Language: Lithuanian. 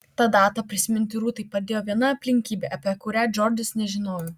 tą datą prisiminti rūtai padėjo viena aplinkybė apie kurią džordžas nežinojo